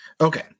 Okay